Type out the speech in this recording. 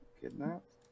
Kidnapped